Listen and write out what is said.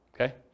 okay